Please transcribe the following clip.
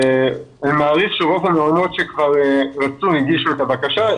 אנימעריך שרוב המעונות שרצו כבר הגישו את הבקשה.